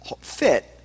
fit